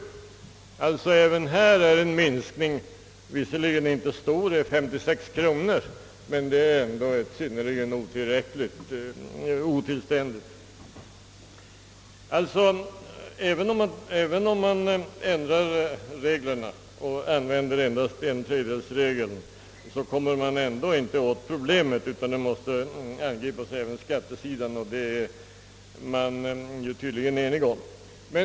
Även här är det alltså fråga om en inkomstminskning, visserligen inte stor — 56 kronor — men det är synnerligen otillständigt. Genom att ändra reglerna och endast använda tredjedelsregeln kommer man inte alltid åt problemet, utan det måste angripas på skattesidan, vilket vi tydligen är eniga om.